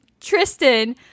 Tristan